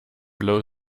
blow